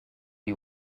you